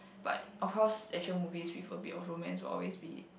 but of course action movies with a bit of romance will always be